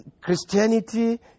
Christianity